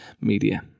media